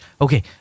Okay